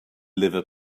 liver